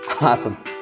Awesome